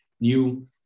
new